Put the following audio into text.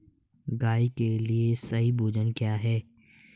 गाय के लिए सही भोजन क्या है?